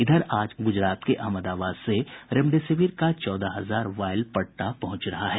इधर आज गुजरात के अहमदाबाद से रेमडेसिविर का चौदह हजार वॉयल पटना पहुंच रहा है